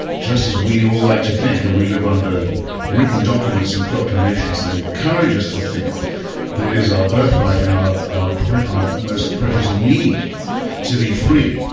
just as we all like to think and we live under written documents and proclamations that encourage us to think that it is our birth right and our most precious need to be free,